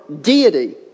deity